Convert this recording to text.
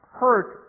hurt